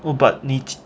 oh but need